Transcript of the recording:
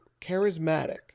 charismatic